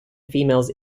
females